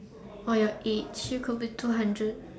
for your age it could be two hundred